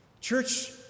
Church